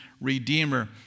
redeemer